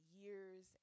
years